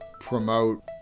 promote